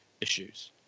issues